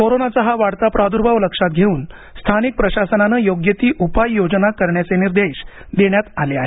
कोरोनाचा हा वाढता प्रादु्भाव लक्षात घेऊन स्थानिक प्रशासनाने योग्य ती उपाययोजना करण्याचे निर्देश देण्यात आले आहेत